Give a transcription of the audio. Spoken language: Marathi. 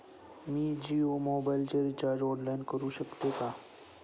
मी जियो मोबाइलचे रिचार्ज ऑनलाइन करू शकते का?